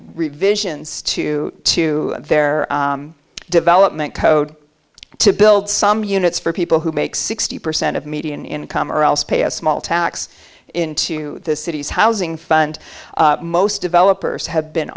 revisions to to their development code to build some units for people who make sixty percent of median income or else pay a small tax into the city's housing fund most developers have been